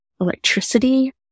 electricity